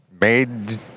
made